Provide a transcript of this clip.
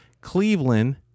Cleveland